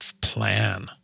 plan